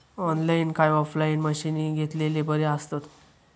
Online काय offline मशीनी घेतलेले बरे आसतात?